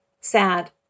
Sad